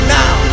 now